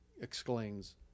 exclaims